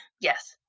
Yes